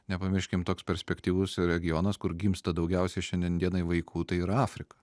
nepamirškim toks perspektyvus regionas kur gimsta daugiausia šiandien dienai vaikų tai ir afrika